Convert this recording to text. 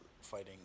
fighting